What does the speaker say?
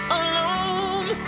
alone